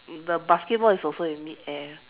the basketball is also in mid air